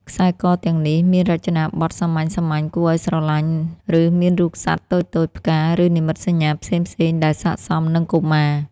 ខ្សែកទាំងនេះមានរចនាបថសាមញ្ញៗ គួរឱ្យស្រឡាញ់ ឬមានរូបសត្វតូចៗ ផ្កា ឬនិមិត្តសញ្ញាផ្សេងៗ ដែលស័ក្តិសមនឹងកុមារ។